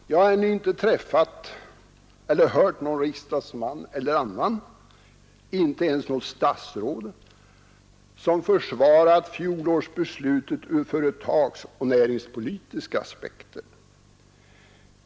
Jag har ännu inte träffat eller hört någon, riksdagsman eller annan, inte ens statsråd, som försvarat fjolårsbeslutet ur företagsoch näringspolitiska aspekter.